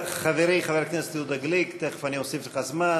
חברי חבר הכנסת יהודה גליק, תכף אני אוסיף לך זמן.